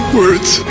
words